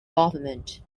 government